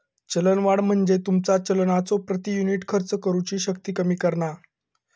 चलनवाढ म्हणजे तुमचा चलनाचो प्रति युनिट खर्च करुची शक्ती कमी करणा